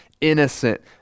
innocent